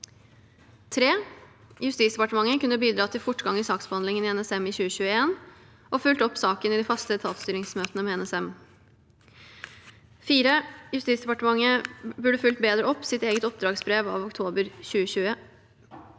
3. Justisdepartementet kunne bidratt til fortgang i saksbehandlingen i NSM i 2021 og fulgt opp saken i de faste etatsstyringsmøtene med NSM. 4. Justisdepartementet burde fulgt bedre opp sitt eget oppdragsbrev av oktober 2020